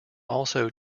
also